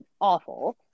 awful